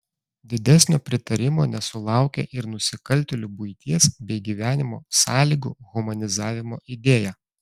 didesnio pritarimo nesulaukė ir nusikaltėlių buities bei gyvenimo sąlygų humanizavimo idėja